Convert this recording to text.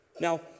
Now